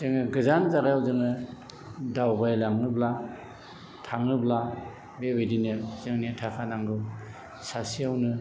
जोङो गोजान जायगायाव जोङो दावबाय लाङोब्ला थाङोब्ला बेबायदिनो जोंनो थाखा नांगौ सासेयावनो